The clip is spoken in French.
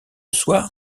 soir